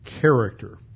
Character